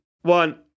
one